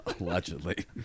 Allegedly